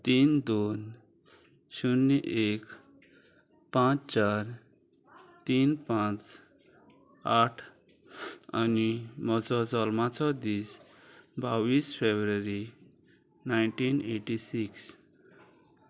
तीन दोन शुन्य एक पांच चार तीन पांच आठ आनी म्हजो जल्माचो दीस बावीस फेब्रुवारी नायनटीन एटी सिक्स